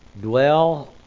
dwell